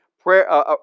prayer